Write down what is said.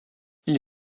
ils